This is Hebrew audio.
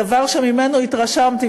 הדבר שממנו התרשמתי,